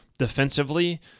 defensively